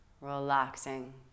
relaxing